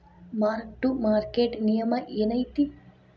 mark to market ನಿಯಮ ಏನೈತಿ